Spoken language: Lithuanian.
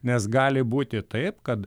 nes gali būti taip kad